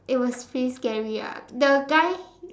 it was still scary ah the guy